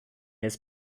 has